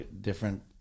different